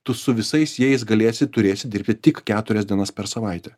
tu su visais jais galėsi turėsi dirbti tik keturias dienas per savaitę